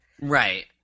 Right